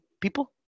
people